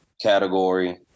category